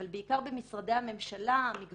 אבל המגוון הרחב